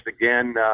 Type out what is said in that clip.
again